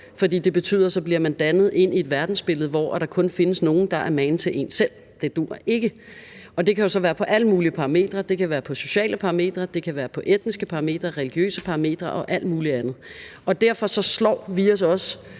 det betyder, at så bliver man dannet ind i et verdensbillede, hvor der kun findes nogen, der er magen til en selv – det duer ikke. Det kan jo så være på alle mulige parametre; det kan være på sociale parametre, der kan være på etniske parametre, religiøse parametre og alt muligt andet. Derfor slår vi os